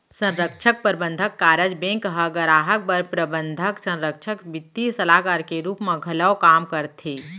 संरक्छक, परबंधक, कारज बेंक ह गराहक बर प्रबंधक, संरक्छक, बित्तीय सलाहकार के रूप म घलौ काम करथे